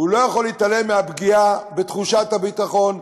לא יכול להתעלם מהפגיעה בתחושת הביטחון,